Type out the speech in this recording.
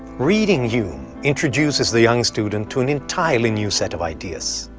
reading hume introduces the young student to an entirely new set of ideas.